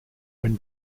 when